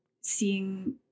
seeing